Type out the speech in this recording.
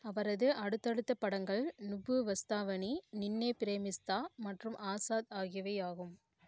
அவரது அடுத்தடுத்த படங்கள் நுவ்வு வஸ்தாவனி நின்னே பிரேமிஸ்தா மற்றும் ஆசாத் ஆகியவையாகும்